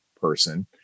person